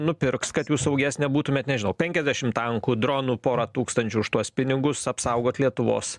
nupirks kad jūs saugesnė būtumėt nežinau penkiasdešimt tankų dronų porą tūkstančių už tuos pinigus apsaugot lietuvos